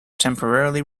temporarily